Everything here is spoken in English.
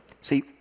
See